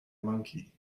monkey